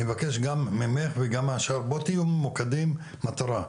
אני מבקש גם ממך וגם מהשאר, תהיו ממוקדים מטרה.